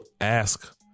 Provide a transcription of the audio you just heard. ask